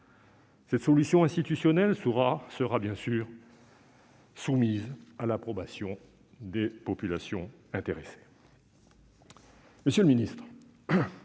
Cette solution institutionnelle sera bien sûr soumise à l'approbation des populations intéressées.